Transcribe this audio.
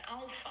alpha